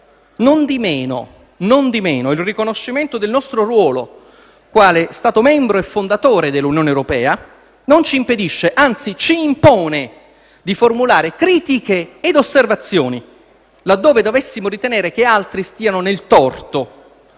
monade. Non di meno, il riconoscimento del nostro ruolo quale Stato membro e fondatore dell'Unione europea non ci impedisce, anzi ci impone di formulare critiche e osservazioni, laddove dovessimo ritenere che altri stiano nel torto.